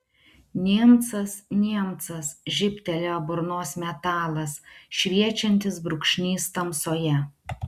niemcas niemcas žybtelėjo burnos metalas šviečiantis brūkšnys tamsoje